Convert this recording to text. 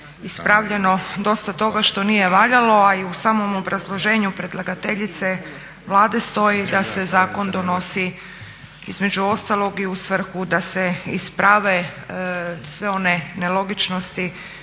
ispravljeno dosta toga što nije valjalo, a i u samom obrazloženju predlagateljice Vlade stoji da se zakon donosi između ostalog i u svrhu da se isprave sve one nelogičnosti